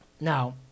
Now